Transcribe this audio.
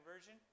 Version